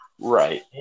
Right